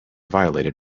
violated